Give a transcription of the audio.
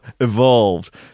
evolved